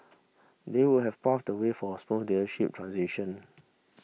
they would have pave the way for a smooth leadership transition